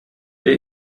der